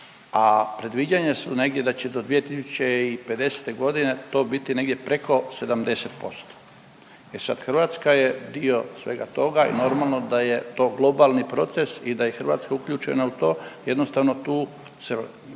a predviđanja su negdje da će do 2050.g. to biti negdje preko 70%. E sad Hrvatska je dio svega toga i normalno da je to globalni proces i da je i Hrvatska uključena u to jednostavno tu se